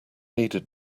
needed